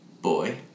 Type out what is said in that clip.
boy